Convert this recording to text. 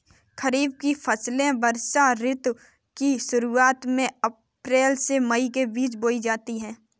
खरीफ की फसलें वर्षा ऋतु की शुरुआत में अप्रैल से मई के बीच बोई जाती हैं